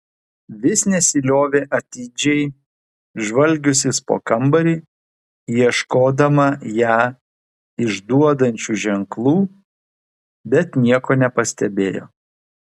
vis nesiliovė atidžiai žvalgiusis po kambarį ieškodama ją išduodančių ženklų bet nieko nepastebėjo